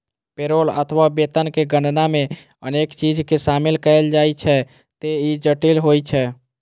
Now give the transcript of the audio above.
payroll अथवा वेतन के गणना मे अनेक चीज कें शामिल कैल जाइ छैं, ते ई जटिल होइ छै